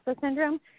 syndrome